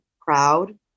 proud